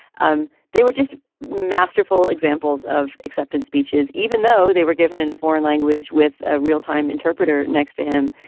um they were just masterful examples of acceptance speeches, even though they were given in a foreign language with ah real time interpreter next to him.